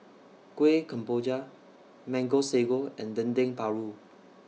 Kuih Kemboja Mango Sago and Dendeng Paru